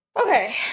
Okay